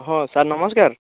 ହଁ ସାର୍ ନମସ୍କାର